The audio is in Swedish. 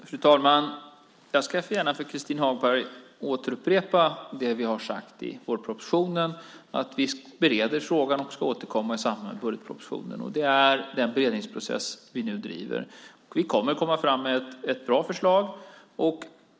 Fru talman! Jag ska gärna för Christin Hagberg upprepa det vi har sagt i vårpropositionen: Vi bereder frågan och ska återkomma i samband med budgetpropositionen. Det är den beredningsprocess som vi nu driver. Vi kommer att komma fram till ett bra förslag.